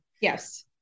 Yes